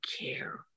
care